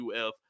UF